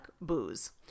booze